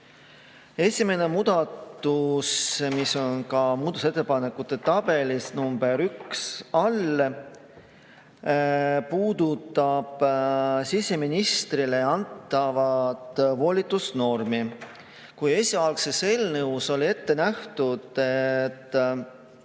Esimene muudatus, mis on ka muudatusettepanekute tabelis nr 1 all, puudutab siseministrile antavat volitusnormi. Kui esialgses eelnõus oli ette nähtud, et